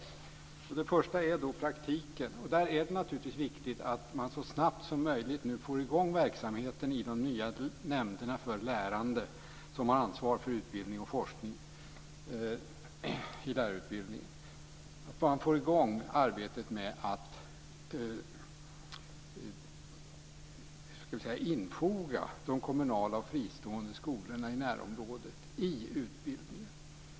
Till att börja med gäller det praktiken. Det är naturligtvis viktigt att man så snabbt som möjligt får i gång verksamheten i de nya nämnderna för lärande som har ansvar för utbildning och forskning, att man får i gång arbetet med att infoga de kommunala och fristående skolorna i närområdet i utbildningen.